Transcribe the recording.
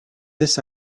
this